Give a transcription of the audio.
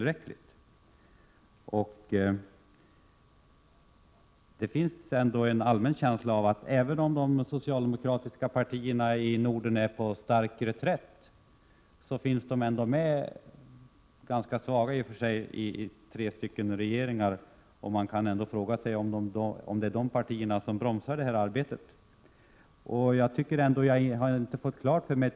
Rent allmänt har man en känsla av att de socialdemokratiska partierna i Norden är på stark reträtt. Men de sitter ju ändå — även om de i och för sig har en ganska svag ställning — medi tre olika regeringar. Man kan fråga sig om det är dessa partier som bromsar upp det här arbetet. Jag har inte fått klart för mig hur det hela förhåller sig.